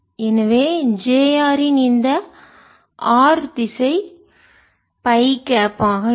எனவே jr இன் இந்த r திசை பை கேப் ஆக இருக்கும்